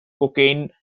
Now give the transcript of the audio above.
cocaine